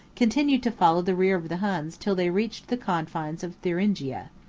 continued to follow the rear of the huns till they reached the confines of thuringia.